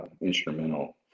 instrumental